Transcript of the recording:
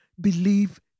believe